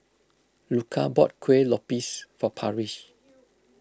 Luca bought Kuih Lopes for Parrish